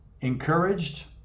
encouraged